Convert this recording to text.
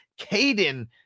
Caden